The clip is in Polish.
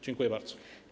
Dziękuję bardzo.